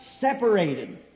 separated